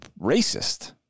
racist